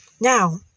Now